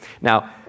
Now